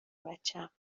بچم